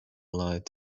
light